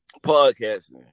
podcasting